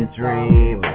dream